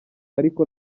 ariko